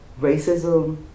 Racism